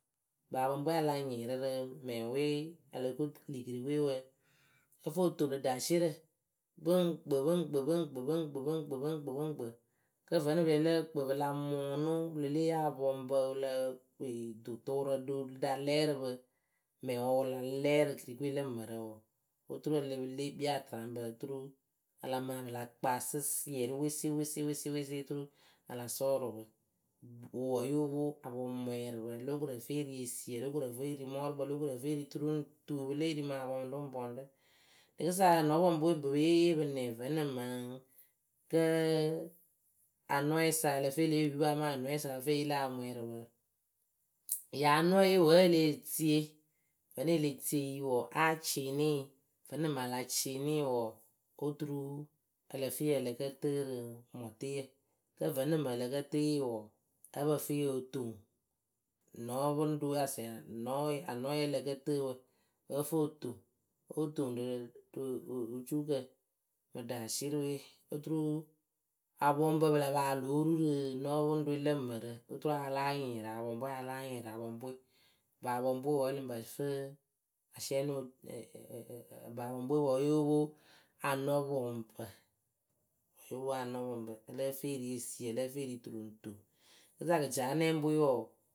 ŋpa apɔŋpɨwe a la nyɩɩrɩ rɨ mɛŋwe ǝ lo ko li kɨrikɨwe wǝǝ lǝ fɨ o lo toŋ ɖarɨsierǝ Pɨ ŋ kpɨ, pɨŋ kpɨ, pɨ ŋ kpɨ, pɨ ŋ kpɨ pɨ ŋ kpɨ, pɨ ŋ kpɨ pɨ ŋ kpɨ. Kɨ vǝ́nɨŋ pɨ ya pɨ lǝ́ǝ kpɨ pɨ la mʊʊnʊ pɨ le lée ye apɔŋpǝ wɨ lǝ ee dʊtʊʊrǝ ɖo ɖa lɛɛ rɨ pɨ, mɛŋwǝ wɨ la lɛɛ rɨ kɨrikɨwe lǝ mǝrǝ wǝ, oturu ǝ lǝ pǝ lée kpii atɨraŋbǝ oturu a la maa pɨ la kpaa sɨsiɛrɩ wesewesewese oturu a la sʊʊrʊ pɨ wʊ wǝ́ yóo pwo apɔŋmwɛɛrɨpǝ o lóo koru ǝ fɨ e ri esiiyǝ, lóo koru e ri mɔɔrʊkpǝ, lóo koru ǝ fɨ e ri tu ru ŋ tu pɨ lée ri mɨŋ apɔŋ rɨ ŋ pɔŋ rɨ. Rɨkɨsa anɔpɔŋpɨwe bɨ yée yee pɨ nɛ, vǝ́nɨŋ mɨŋ kǝ́ anɔɛsa ǝ lǝ fɨ e le yee yupǝ amaa anɔyɨsa ǝ fɨ e yeli apɔŋmwɛɛrɨpǝ wǝ. Ŋyɨ anɔye wǝ́ e leh tie. Vǝ́nɨŋ e le tie yɨ wɔɔ, áa cɩɩnɩɩ vǝ́nɨŋ mɨŋ a la cɩɩnɩɩ wɔɔ, oturu, Ǝ lǝ fɨ yɨ ǝ lǝ kǝ tɨɨ rɨ mɔteyǝ. Kǝ́ vǝ́nɨŋ mɨŋ ǝ lǝ kǝ tɨɨ yɨ wɔɔ ǝ́ǝ pǝ fɨ yɨ otoŋ. Nɔɔpɨŋrɨwe, asɛ nɔɛ, anɔɛye ǝ lǝ kǝ tɨɨ ǝ́ǝ fɨ o toŋ óo toŋ rɨ ocuukǝ. Mɨ ɖaŋsierɨwe oturu, apɔŋpǝ pɨ la pa aa pɨ lóo ru rɨ nɔpɨŋrɨwe lǝ mǝrǝ, oturu aa láa nyɩɩrɩ apɔŋpɨwe, aa láa nyɩɩrɩ apɔŋpɨwe. Bɨ apɔŋpɨwe wǝ́ ǝ lɨ ŋ pǝ fɨ Ɛɛ ɛɛ ɛɛ bɨ apɔŋpɨwe wǝ́ yóo pwo anɔpɔŋpǝ. Yóo pwo anɔpɔŋpǝ, ǝ lǝ́ǝ fɨ e ri esiyǝ ǝ lǝ́ǝ fɨ e ri tu ru ŋ tu. Rɨkɨsa kɩcaanɛŋpɨwe wɔɔ,